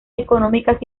económicas